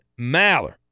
Maller